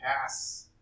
pass